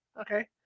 Okay